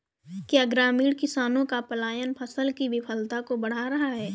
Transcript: क्या ग्रामीण किसानों का पलायन फसल की विफलता को बढ़ा रहा है?